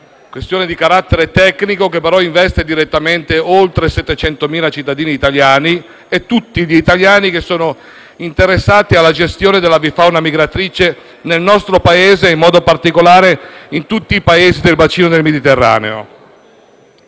questione di carattere tecnico, che però investe direttamente oltre 700.000 cittadini italiani e tutti gli italiani che sono interessati alla gestione dell'avifauna migratrice nel nostro Paese e in particolare in tutti i Paesi del bacino del Mediterraneo.